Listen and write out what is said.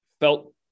felt